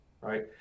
right